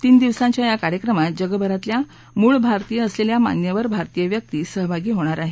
तीन दिवसांच्या या कार्यक्रमात जगभरातल्या मूळ भारतीय असलेल्या मान्यवर भारतीय व्यक्ती सहभागी होणार आहेत